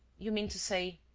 you mean to say.